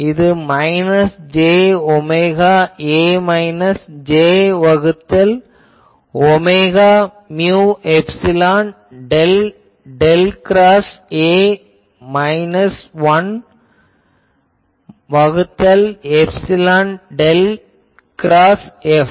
இது minus j omega A minus j வகுத்தல் omega mu epsilon del del cross A minus 1 வகுத்தல் epsilon del cross F